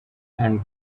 and